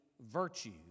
virtue